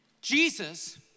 Jesus